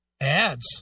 Ads